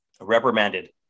reprimanded